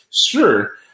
Sure